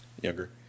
younger